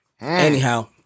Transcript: Anyhow